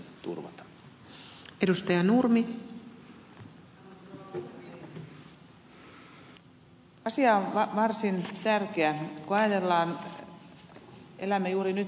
asia on varsin tärkeä kun ajatellaan että elämme juuri nyt muutosvaihetta